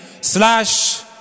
slash